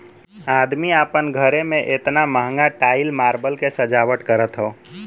अदमी आपन घरे मे एतना महंगा टाइल मार्बल के सजावट करत हौ